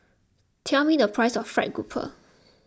tell me the price of Fried Grouper